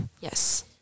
Yes